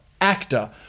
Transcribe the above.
actor